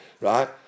Right